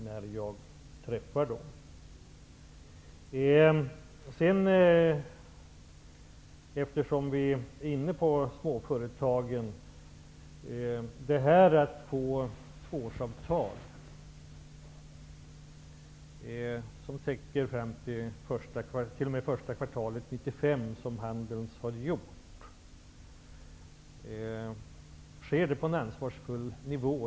När man gör tvåårsavtal som räcker fram till första kvartalet 1995, så som handels har gjort, sker det på en ansvarsfull nivå.